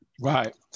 Right